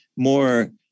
More